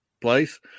place